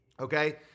Okay